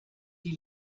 die